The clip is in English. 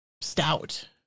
stout